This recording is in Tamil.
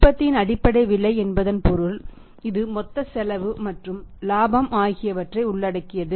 உற்பத்தியின் அடிப்படை விலை என்பதன் பொருள் இது மொத்த செலவு மற்றும் இலாபம் ஆகியவற்றை உள்ளடக்கியது